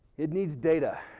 it needs data.